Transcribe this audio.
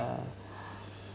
a